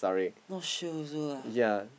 not sure also lah